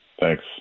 Thanks